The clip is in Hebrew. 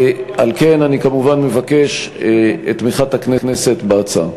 על כן, אני כמובן מבקש את תמיכת הכנסת בהצעה.